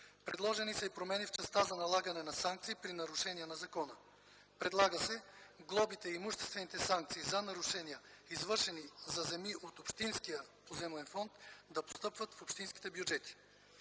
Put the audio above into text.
Предложени са и промени в частта за налагане на санкции при нарушения на закона. Предлага се глобите и имуществените санкции за нарушения, извършени за земи от общинския поземлен фонд, да постъпват в общинските бюджети.